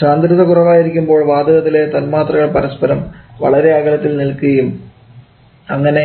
സാന്ദ്രത കുറവായിരിക്കുംപോൾ വാതകത്തിലെ തന്മാത്രകൾ പരസ്പരം വളരെ അകലത്തിൽ നിൽക്കുകയും അങ്ങനെ